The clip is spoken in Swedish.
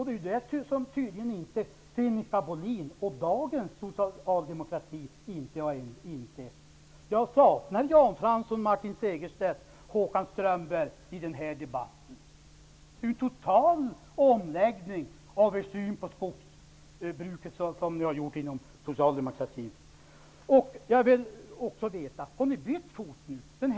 Det har tydligen inte Jag saknar Jan Fransson, Martin Segerstedt och Håkan Strömberg i den här debatten. Det är en total omläggning av synen på skogsbruket som har skett inom socialdemokratin. Jag vill också veta om ni har bytt fot nu.